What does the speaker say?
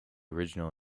original